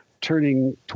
turning